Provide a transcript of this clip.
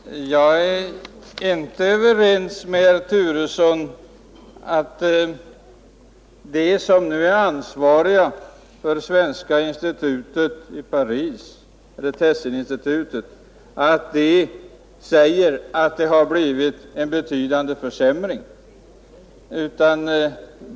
Fru talman! Jag är inte överens med herr Turesson om att de ansvariga för svenska institutet i Paris eller för Tessininstitutet tycker att det har blivit en betydande försämring.